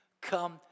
come